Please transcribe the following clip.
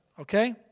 okay